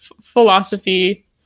philosophy